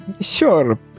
Sure